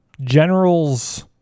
generals